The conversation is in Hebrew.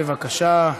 בבקשה.